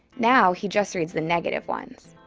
now he just reads the negative ones.